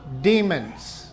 demons